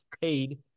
paid